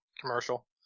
commercial